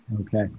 Okay